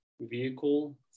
vehicle